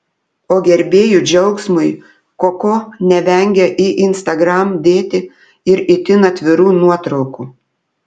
o gerbėjų džiaugsmui koko nevengia į instagram dėti ir itin atvirų nuotraukų